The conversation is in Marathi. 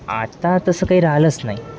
आत्ता तसं काही राहिलंच नाही